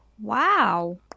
Wow